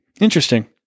Interesting